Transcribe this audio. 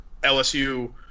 LSU